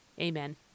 Amen